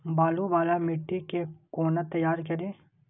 बालू वाला मिट्टी के कोना तैयार करी?